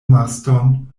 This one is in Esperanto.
marston